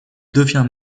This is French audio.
devient